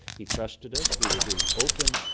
he trusted us, we were being open.